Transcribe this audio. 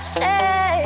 say